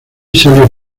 salió